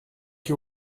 you